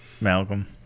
Malcolm